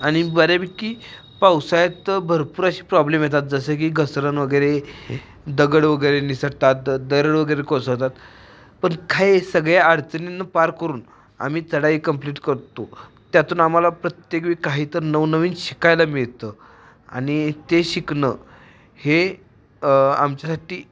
आणि बऱ्यापैकी पावसाळ्यात भरपूर असे प्रॉब्लेम येतात जसं की घसरण वगैरे दगड वगैरे निसरतात द दरड वगैरे कोसळतात पण काय आहे सगळ्या अडचणींना पार करून आम्ही चढाई कम्प्लीट करतो त्यातून आम्हाला प्रत्येक वेळी काहीतर नवनवीन शिकायला मिळतं आणि ते शिकणं हे आमच्यासाठी